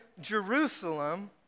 Jerusalem